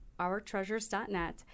ourtreasures.net